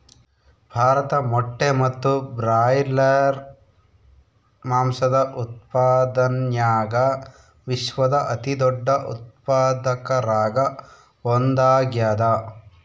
ಭಾರತ ಮೊಟ್ಟೆ ಮತ್ತು ಬ್ರಾಯ್ಲರ್ ಮಾಂಸದ ಉತ್ಪಾದನ್ಯಾಗ ವಿಶ್ವದ ಅತಿದೊಡ್ಡ ಉತ್ಪಾದಕರಾಗ ಒಂದಾಗ್ಯಾದ